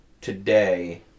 today